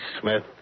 Smith